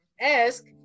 ask